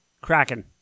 Kraken